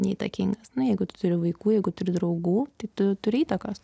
neįtakingas na jeigu tu turi vaikų jeigu turi draugų tai tu turi įtakos